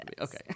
Okay